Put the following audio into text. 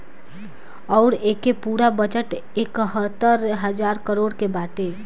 अउर एके पूरा बजट एकहतर हज़ार करोड़ के बाटे